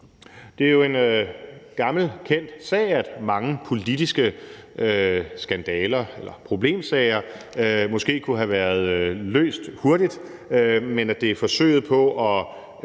Det er jo en gammelkendt sag, at mange politiske skandaler eller problemsager måske kunne have været løst hurtigt, men at det er forsøget på at